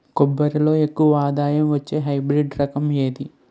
కొబ్బరి లో ఎక్కువ ఆదాయం వచ్చే హైబ్రిడ్ రకం ఏది?